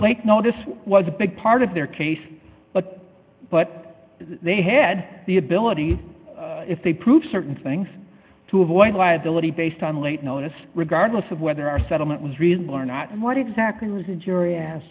ake know this was a big part of their case but but they head the ability if they prove certain things to avoid liability based on late notice regardless of whether our settlement was really learn what exactly was the jury asked